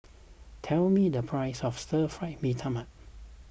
tell me the price of Stir Fried Mee Tai Mak